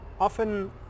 often